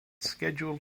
scheduled